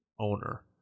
owner